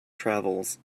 travels